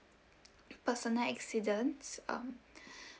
personal accidents um